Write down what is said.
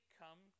come